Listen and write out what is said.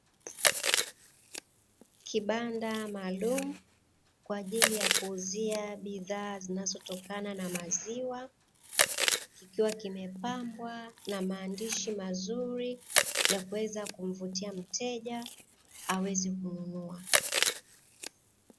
Kibanda maalumu kwa ajili ya kuuzia bidhaa zinazotokana na maziwa, kikiwa kimepambwa na maandishi mazuri ya kuweza kumvutia mteja aweze kununua.